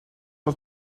are